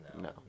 no